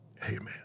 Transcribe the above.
Amen